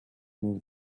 move